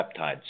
peptides